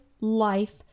life